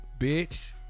Bitch